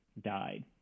died